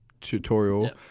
tutorial